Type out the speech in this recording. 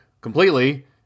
completely